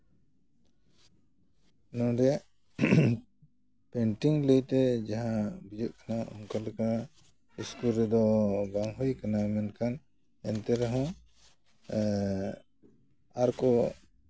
ᱱᱚᱸᱰᱮ ᱯᱮᱱᱴᱤᱝ ᱞᱟᱹᱭᱛᱮ ᱡᱟᱦᱟᱸ ᱵᱩᱡᱷᱟᱹᱜ ᱠᱟᱱᱟ ᱚᱱᱠᱟ ᱞᱮᱠᱟ ᱤᱥᱠᱩᱞ ᱨᱮᱫᱚ ᱵᱟᱝ ᱦᱩᱭ ᱟᱠᱟᱱᱟ ᱢᱮᱱᱠᱷᱟᱱ ᱮᱱᱛᱮ ᱨᱮᱦᱚᱸ ᱟᱨ ᱠᱚ